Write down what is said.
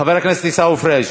חבר הכנסת עיסאווי פריג'.